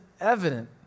evident